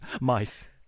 Mice